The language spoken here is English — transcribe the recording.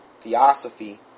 Theosophy